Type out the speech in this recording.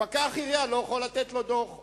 פקח עירייה לא יכול לתת לו דוח.